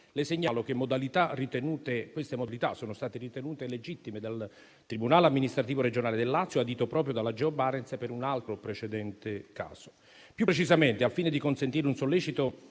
interroganti che queste modalità sono state ritenute legittime dal tribunale amministrativo regionale del Lazio, adito proprio dalla Geo Barents per un altro precedente caso. Più precisamente, al fine di consentire un sollecito